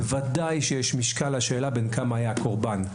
בוודאי שיש משקל לשאלה בן כמה היה הקורבן.